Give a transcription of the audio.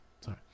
sorry